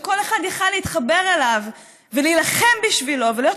שכל אחד יכול היה להתחבר אליו ולהילחם בשבילו ולהיות